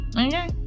Okay